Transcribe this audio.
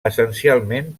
essencialment